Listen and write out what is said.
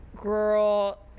Girl